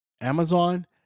Amazon